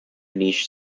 niche